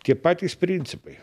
tie patys principai